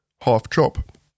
Half-chop